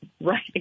Right